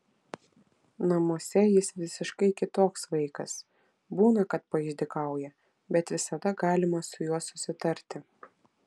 namuose jis visiškai kitoks vaikas būna kad paišdykauja bet visada galima su juo susitarti